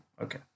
Okay